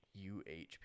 UHP